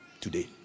today